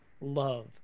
love